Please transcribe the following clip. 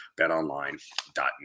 BetOnline.net